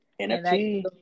NFT